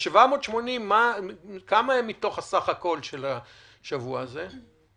ה-780, כמה הם מתוך הסך הכול של השבוע הזה?